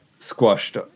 squashed